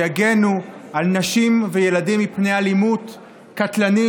ושיגנו על נשים וילדים מפני אלימות קטלנית,